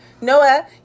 Noah